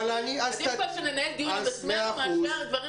עדיף שננהל דיון עם עצמנו מאשר דברים